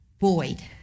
void